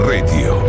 Radio